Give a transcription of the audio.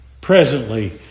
presently